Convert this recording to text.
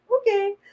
okay